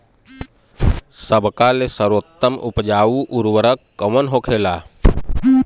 सबका ले सर्वोत्तम उपजाऊ उर्वरक कवन होखेला?